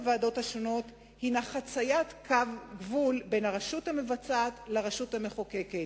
בוועדות השונות הוא חציית קו גבול בין הרשות המבצעת לרשות המחוקקת.